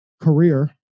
career